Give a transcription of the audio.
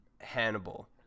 Hannibal